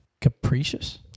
Capricious